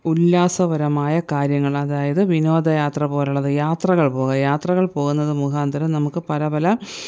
ഉല്ലാസപരമായ കാര്യങ്ങൾ അതായത് വിനോദ യാത്ര പോലുള്ളത് യാത്രകൾ പോയി യാത്രകൾ പോകുന്നത് മുഖാന്തിരം നമുക്ക് പല പല